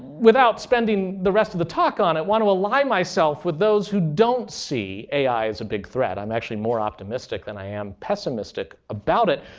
without spending the rest of the talk on it, want to align myself with those who don't see ai as a big threat. i'm actually more optimistic than i am pessimistic about it,